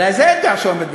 אולי זה האתגר שעומד בפנינו.